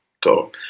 go